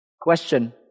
Question